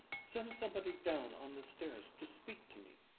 send somebody down on the stairs to speak to me.